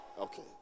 Okay